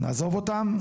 נעזוב אותם.